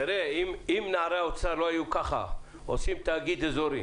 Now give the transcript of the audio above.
אם נערי האוצר לא היו עושים תאגיד אזורי